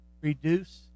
reduce